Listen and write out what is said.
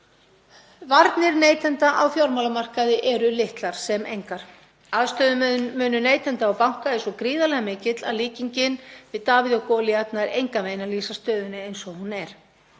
Varnir neytenda á fjármálamarkaði eru litlar sem engar. Aðstöðumunur neytenda og banka er svo gríðarlega mikill að líkingin við Davíð og Golíat nær engan veginn að lýsa stöðunni eins og hún er.